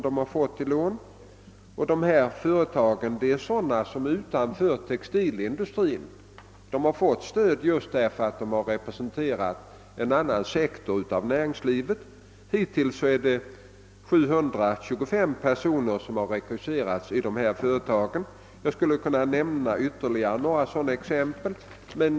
Dessa företag arbetar utanför textilindustrin, och de har fått stöd just därför att de representerar en annan sektor av näringslivet. Hittills har 725 personer rekryterats i dessa företag. Jag skulle kunna nämna ytterligare exempel.